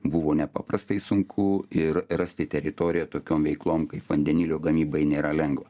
buvo nepaprastai sunku ir rasti teritoriją tokiom veiklom kaip vandenilio gamybai nėra lengva